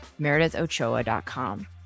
MeredithOchoa.com